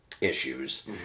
issues